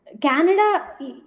Canada